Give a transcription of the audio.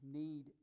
need